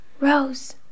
Rose